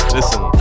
Listen